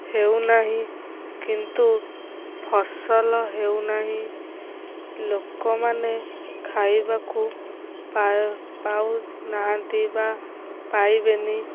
ହେଉନାହିଁ କିନ୍ତୁ ଫସଲ ହେଉନାହିଁ ଲୋକମାନେ ଖାଇବାକୁ ପାଉନାହାନ୍ତି ବା ପାଇବେନି